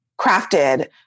crafted